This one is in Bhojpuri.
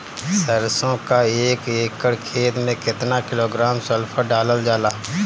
सरसों क एक एकड़ खेते में केतना किलोग्राम सल्फर डालल जाला?